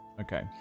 Okay